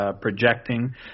projecting